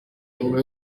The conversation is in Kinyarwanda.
nyuma